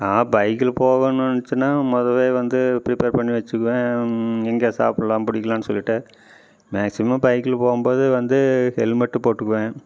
நான் பைக்கில் போகணும்னு நினைச்சேன்னா மொதலே வந்து ப்ரிப்பர் பண்ணி வெச்சுக்குவேன் எங்கே சாப்பிட்லாம் பிடிக்கலானு சொல்லிகிட்டு மேக்ஸிமம் பைக்கில் போகும்போது வந்து ஹெல்மெட்டு போட்டுக்குவேன்